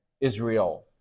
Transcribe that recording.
Israel